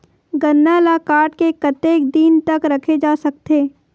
गन्ना ल काट के कतेक दिन तक रखे जा सकथे?